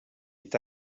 est